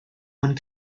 one